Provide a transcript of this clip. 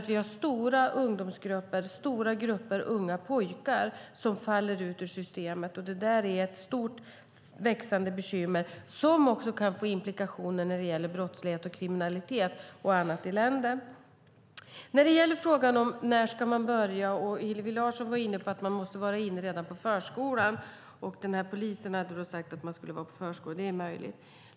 Vi har stora ungdomsgrupper och stora grupper unga pojkar som faller ut ur systemet, och det är ett stort och växande bekymmer som också kan få implikationer när det gäller brottslighet och kriminalitet och annat elände. När det gäller frågan om när man ska börja var Hillevi Larsson inne på att man måste vara inne redan på förskolan. Den polis hon talade om hade sagt att man skulle vara på förskolan. Det är möjligt.